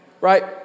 Right